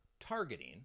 targeting